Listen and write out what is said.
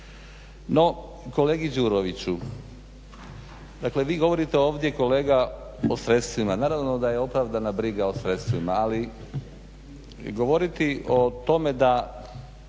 No kolegi Đuroviću, dakle vi ovdje govorite kolega o sredstvima, naravno da je opravdana briga o sredstvima ali govoriti o tome da